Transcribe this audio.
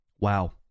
wow